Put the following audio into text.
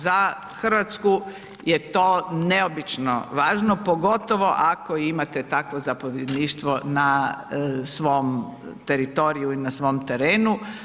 Za Hrvatsku je to neobično važno, pogotovo ako imate takvo zapovjedništvo na svom teritoriju i na svom terenu.